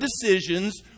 decisions